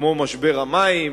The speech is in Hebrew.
כמו משבר המים,